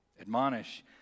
Admonish